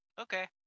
Okay